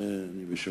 אלא לדבר על הצורה,